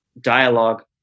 dialogue